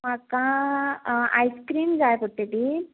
म्हाका आयस्क्रीम जाय पडटली